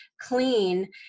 clean